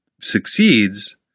succeeds